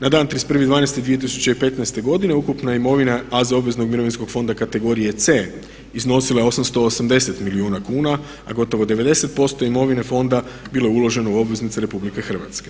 Na dan 31.12.2015. godine ukupna imovina AZ obveznog mirovinskog fonda kategorije C iznosila je 880 milijuna kuna a gotovo 90% imovine fonda bilo je uloženo u obveznice RH.